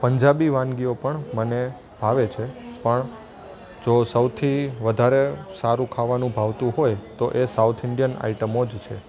પંજાબી વાનગીઓ પણ મને ભાવે છે પણ જો સૌથી વધારે સારું ખાવાનું ભાવતું હોય તો એ સાઉથ ઇંડિયન આઇટમો જ છે